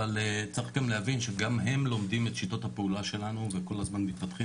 אבל צריך גם להבין שגם הם לומדים את שיטות הפעולה שלנו וכל הזמן מתפתחים